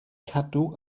cadw